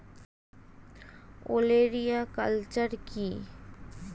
ওলেরিয়া কালচার কি?